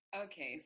Okay